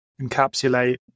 encapsulate